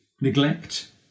neglect